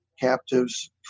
captives